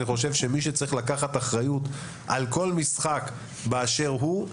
אני חושב שמי שצריך לקחת אחריות על כל משחק באשר הוא,